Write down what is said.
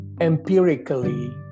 empirically